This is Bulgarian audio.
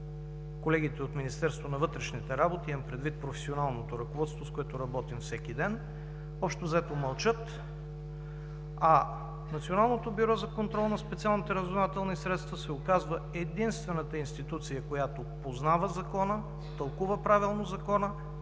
колегите от Министерството на вътрешните работи, имам предвид професионалното ръководство, с което работим всеки ден, общо взето, мълчат, а Националното бюро за контрол на специалните разузнавателни средства се оказва единствената институция, която познава закона, тълкува правилно закона,